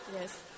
Yes